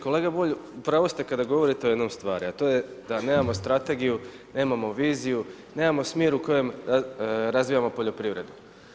Kolega Bulj, u pravu ste kada govorite o jednoj stvari a to je da nemamo strategiju, nemamo viziju, nemamo smjer u kojem razvijamo poljoprivredu.